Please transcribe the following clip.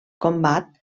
combat